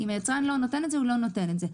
אם היצרן לא נותן את זה, הוא לא נותן את זה.